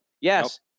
Yes